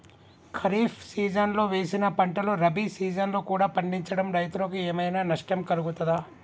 ఖరీఫ్ సీజన్లో వేసిన పంటలు రబీ సీజన్లో కూడా పండించడం రైతులకు ఏమైనా నష్టం కలుగుతదా?